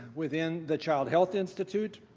within the child health institute,